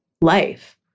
life